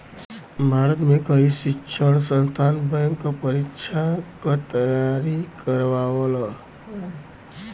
भारत में कई शिक्षण संस्थान बैंक क परीक्षा क तेयारी करावल